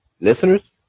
listeners